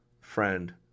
friend